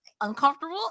uncomfortable